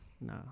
no